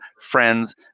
friends